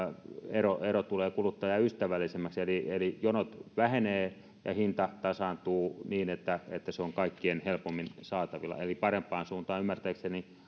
ero ero tulee kuluttajaystävällisemmäksi eli jonot vähenevät ja hinta tasaantuu niin että että se on kaikille helpommin saatavilla eli parempaan suuntaan ymmärtääkseni